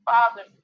Father